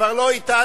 שכבר לא אתנו,